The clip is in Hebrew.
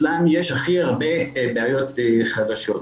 אצלם יש הכי הרבה בעיות חדשות.